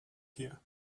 here